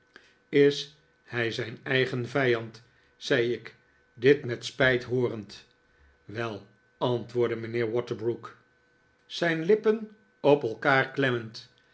is hij zijn eigen vijand zei ik dit met spijt hoorend wel antwoordde mijnheer waterbrook zijn lippen op elkaar klemmend